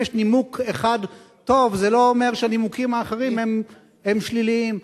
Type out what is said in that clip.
אם יש נימוק אחד טוב זה לא אומר שהנימוקים האחרים הם שליליים.